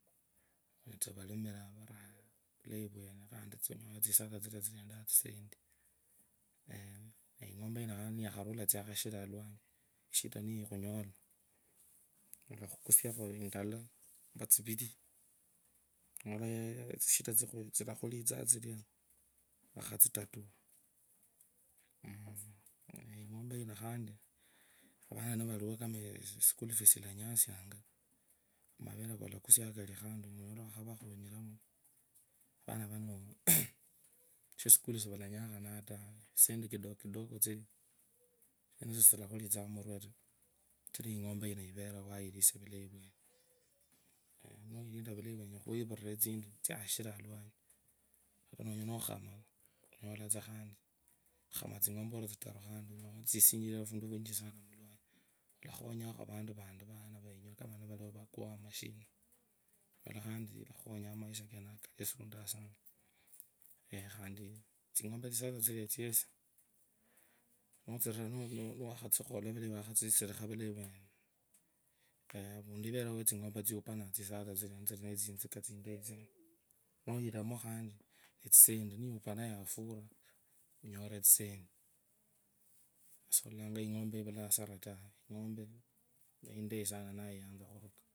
Niwitsa oralimilia vulayi vwene nonyala tsisutsa nilandaa tsisendi naa ing’ombe ino niwakhakusia tsekhutsula alawanyi unyula shida niikhunyola unyala khukusiakhu indala numba tsiriri nonyola tsishida tsilakhulitsia tsilia wakhatsiatua ing’ombe yino khandi nivaliwu school fees ilavanyisianga mavere kukakusianga kano unyala wavakhunya nonyola shesukulu siralanyokhanga taa kachire ing’ombe yino iverewa yayilisia tsisatsa tsesi niwakhatsilinda vulayi vwene avundu everewu wetsing’ombe tsipananga tsisatsa tsino neyiremo khandi netsisendi niyupana yefura olava unyurine etsisendi sololanga ing’ombe ivula asuru taa ing; ombe neindayi sana nayiyanza.